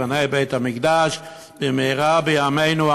ייבנה בית-המקדש במהרה בימינו,